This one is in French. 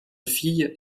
fille